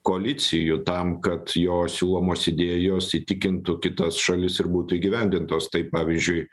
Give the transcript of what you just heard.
koalicijų tam kad jo siūlomos idėjos įtikintų kitas šalis ir būtų įgyvendintos tai pavyzdžiui